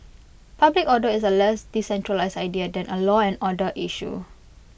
public order is A less decentralised idea than A law and order issue